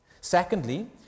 secondly